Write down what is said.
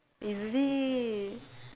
is it